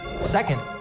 Second